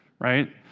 right